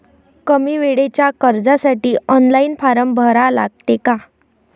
कमी वेळेच्या कर्जासाठी ऑनलाईन फारम भरा लागते का?